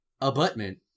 AButment